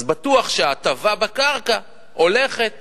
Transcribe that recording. אז בטוח שההטבה בקרקע הולכת